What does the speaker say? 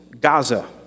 Gaza